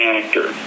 actor